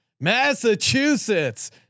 Massachusetts